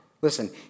Listen